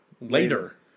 Later